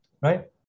right